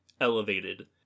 elevated